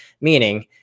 Meaning